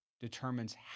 determines